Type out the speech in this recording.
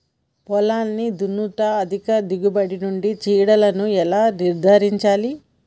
పొలాన్ని దున్నుట అధిక దిగుబడి నుండి చీడలను ఎలా నిర్ధారించాలి?